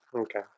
Okay